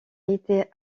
été